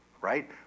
right